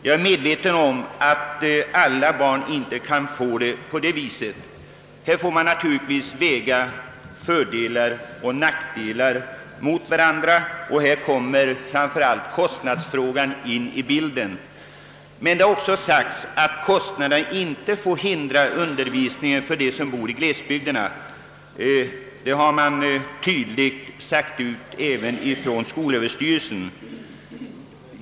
Jag är medveten om att detta inte går att ordna för alla barn — man måste väga fördelar och nackdelar mot varandra. Även kostnadsfrågan kommer in i bilden. Kostnaderna skall ju inte få ha någon avgörande betydelse beträffande undervisningen för dem som bor i glesbygderna. Det har tydligt sagts ifrån även av skolöverstyrelsen.